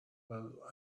while